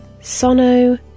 Sono